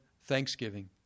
thanksgiving